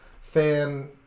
fan